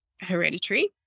hereditary